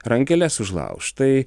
rankeles užlauš tai